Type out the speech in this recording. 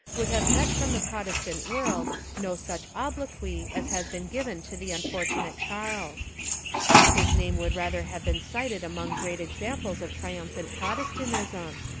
would have met from the protestant world no such obloquy as has been given to the unfortunate charles his name would rather have been cited among great ex amples of triumphant protestantism,